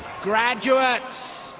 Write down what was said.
graduates,